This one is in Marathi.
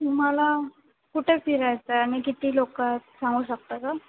तुम्हाला कुठं फिरायचं आहे आणि किती लोक आहेत सांगू शकता का